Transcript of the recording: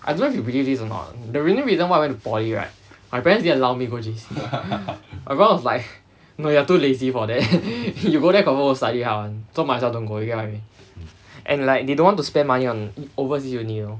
the only reason why I went to poly right my parents didn't allow me to go J_C everyone was like no you are too lazy for that you go there confirm won't study hard [one] so must as well don't go you get what I mean and like they don't want to spend money on overseas uni you know